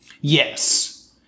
Yes